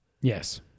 yes